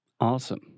Awesome